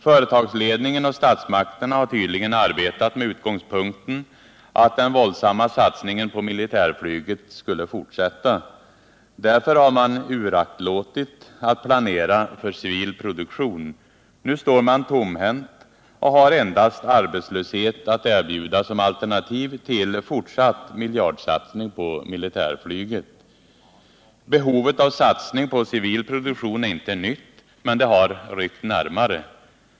Företagsledningen och statsmakterna har tydligen arbetat med utgångspunkten att den våldsamma satsningen på militärflyget skulle fortsätta. Därför har man uraktlåtit att planera för civil produktion. Nu står man tomhänt och har endast arbetslöshet att erbjuda som alternativ till fortsatt miljardsatsning på militärflyget. Behovet av satsning på civil produktion är inte nytt, men det har ryckt närmare.